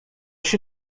się